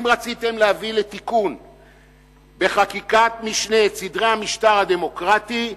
אם רציתם להביא לתיקון בחקיקת משנה את סדרי המשטר הדמוקרטי,